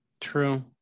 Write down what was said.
true